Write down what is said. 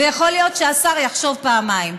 ויכול להיות שהשר יחשוב פעמיים.